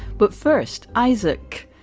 but first, isaac,